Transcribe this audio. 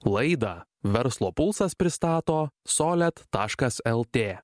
laidą verslo pulsas pristato solet taškas lt